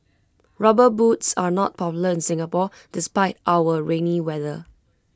rubber boots are not popular in Singapore despite our rainy weather